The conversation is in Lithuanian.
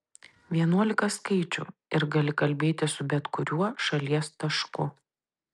vienuolika skaičių ir gali kalbėti su bet kuriuo šalies tašku